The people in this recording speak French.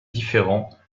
différents